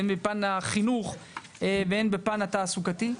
הן בפן החינוך והן בפן התעסוקתי.